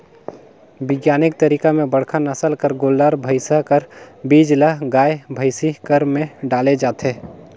बिग्यानिक तरीका में बड़का नसल कर गोल्लर, भइसा कर बीज ल गाय, भइसी कर में डाले जाथे